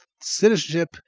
citizenship